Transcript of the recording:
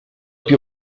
più